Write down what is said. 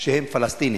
שהם פלסטינים.